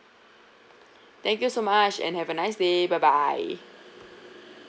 thank you so much and have a nice day bye bye